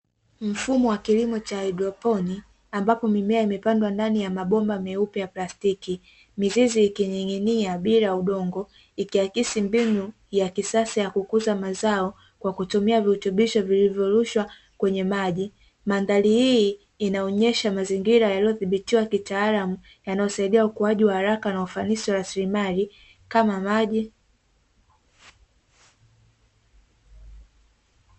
Mfumo wa kilimo cha haidroponi ambapo mimea imepandwa ndani ya mabomba meupe ya plastiki mizizi ikining'inia bila udongo ikiakisi mbinu ya kisasa ya kukuza mazao kwa kutumia virutubisho vilivyorushwa kwenye maji. Mandhari hii inaonyesha mazingira yaliyothibitiwa kitaalamu yanayosaidia ukuaji wa haraka na ufanisi wa rasilimali kama maji.